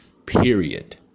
Period